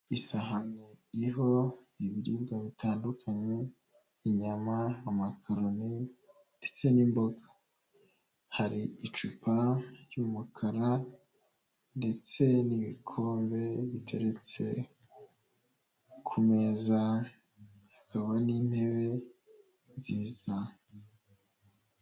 Isahani iriho ibiribwa bitandukanye, inyama, amakaroni, ndetse n'imboga, hari icupa ry'umukara, ndetse n'ibikombe biteretse ku meza, hakaba n'intebe nziza.